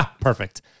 Perfect